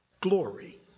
glory